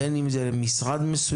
בין אם זה משרד מסוים,